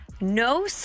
No